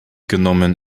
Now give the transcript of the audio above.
genommen